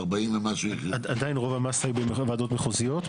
עדיין רוב המסה היא בוועדות מחוזיות.